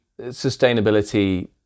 sustainability